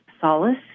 solace